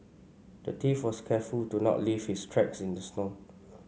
the thief was careful to not leave his tracks in the snow